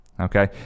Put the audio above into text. Okay